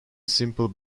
simple